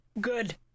Good